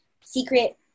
secret